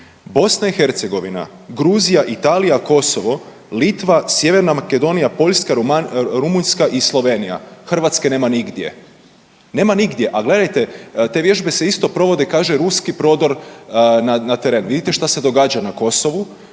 Bosna i Hercegovina, Gruzija, Italija, Kosovo, Litva, Sjeverna Makedonija, Poljska, Rumunjska i Slovenija. Hrvatske nema nigdje, nema nigdje, a gledajte te vježbe se isto provode keže ruski prodor na teren. Vidite što se događa na Kosovu.